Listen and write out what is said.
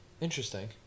Interesting